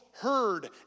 heard